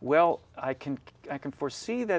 well i can i can foresee that